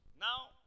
Now